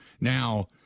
Now